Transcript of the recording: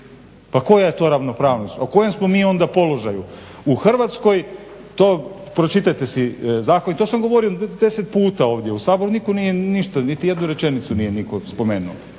Pa koja je to ravnopravnost? U kojem smo mi onda položaju? U Hrvatskoj, to pročitajte si zakon i to sam govorio 10 puta ovdje u Saboru, nitko nije ništa, niti jednu rečenicu nije nitko spomenuo